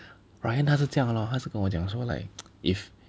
Ryan 他是这样 lor 他是跟我讲说 like if